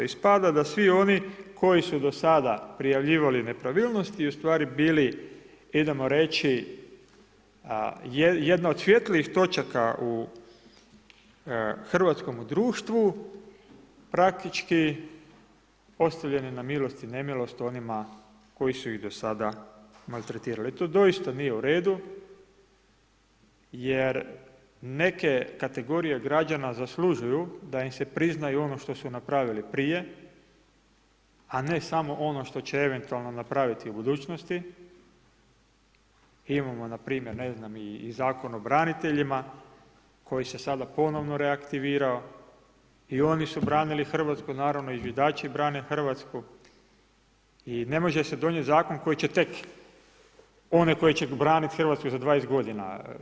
Ispada da svi oni koji su do sada prijavljivali nepravilnost ustvari bili, idemo reći jedna od svjetlijih točaka u hrvatskome društvu, praktički ostavljeni na milost i nemilost onima koji su ih do sada maltretirali i to doista nije u redu jer neke kategorije građana zaslužuju da im se prizna ono što su napravili prije, a ne samo ono što će eventualno napravit u budućnost, imamo npr. i Zakon o braniteljima koji se sada ponovno reaktivirao i oni su branili Hrvatsku, naravno i zviždači brane Hrvatsku i ne može se donijet zakon onaj koji će branit Hrv. za 20 godina.